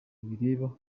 bireba